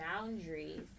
boundaries